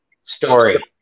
story